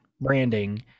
branding